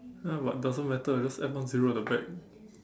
ya but doesn't matter just add one zero at the back